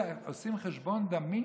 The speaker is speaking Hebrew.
עושים חשבון דמים